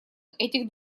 этих